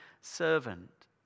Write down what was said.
servant